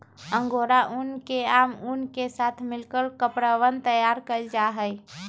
angora ऊन के आम ऊन के साथ मिलकर कपड़वन तैयार कइल जाहई